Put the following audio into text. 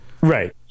Right